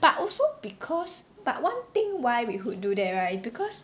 but also because but one thing why we would do that right is because